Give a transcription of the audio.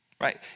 right